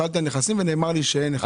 שאלתי על נכסים, ונאמר לי שאין נכסים.